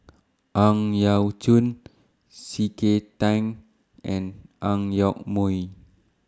Ang Yau Choon C K Tang and Ang Yoke Mooi